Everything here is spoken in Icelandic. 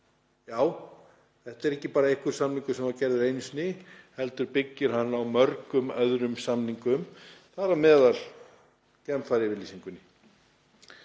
Já, þetta er ekki bara einhver samningur sem var gerður einu sinni heldur byggir hann á mörgum öðrum samningum, þar á meðal Genfaryfirlýsingunni.